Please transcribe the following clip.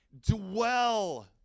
dwell